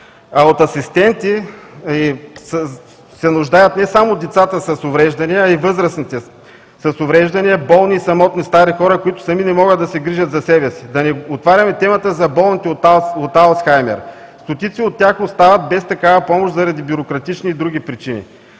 От асистенти се нуждаят не само децата с увреждания, а и възрастните с увреждания, болни и самотни стари хора, които сами не могат да се грижат за себе си. Да не отваряме темата за болните от Алцхаймер. Стотици от тях остават без такава помощ заради бюрократични и други причини.